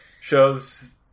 shows